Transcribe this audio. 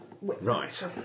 Right